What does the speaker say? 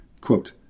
quote